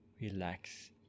relax